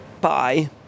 Bye